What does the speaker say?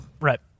Right